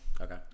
Okay